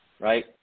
right